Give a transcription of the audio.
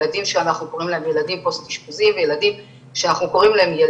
ילדים שאנחנו קוראים להם ילדים פוסט אשפוזי וילדים שאנחנו קוראים להם גם